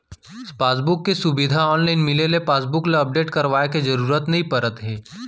passbook के सुबिधा online मिले ले पासबुक ल अपडेट करवाए के जरूरत नइ परत हे